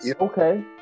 okay